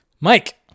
Mike